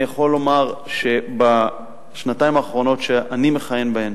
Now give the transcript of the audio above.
אני יכול לומר שבשנתיים האחרונות, שאני מכהן בהן,